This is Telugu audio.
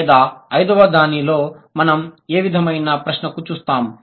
లేదా ఐదవ దానిలో మనం ఏ విధమైన ప్రశ్నను చూస్తాము